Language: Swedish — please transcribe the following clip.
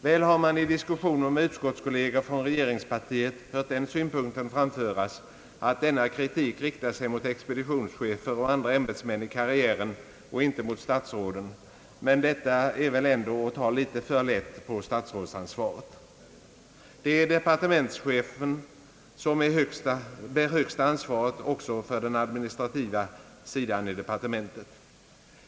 Väl har man i diskussioner med utskottskolleger från regeringspartiet hört den synpunkten framföras, att denna kritik riktar sig mot expeditionschefer och andra ämbetsmän i karriären och inte mot statsråden, men detta är väl ändå att ta litet för lätt på statsrådsansvaret. Det är departementschefen som bär högsta ansvaret också för den administrativa sidan i departementen.